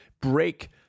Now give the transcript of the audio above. break